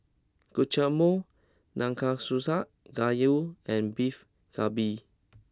Guacamole Nanakusa Gayu and Beef Galbi